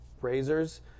razors